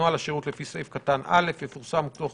נוהל השירות לפי סעיף קטן (א) יפורסם תוך